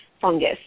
fungus